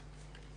כן.